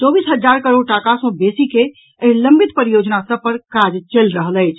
चौबीस हजार करोड़ टाका सॅ बेसी के एहि लंबित परियोजना सभ पर काज चलि रहल अछि